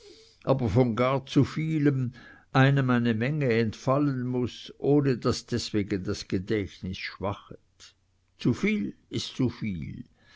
aber von gar zu vielem einem eine menge entfallen muß ohne daß deswegen das gedächtnis schwächte zu viel ist zu viel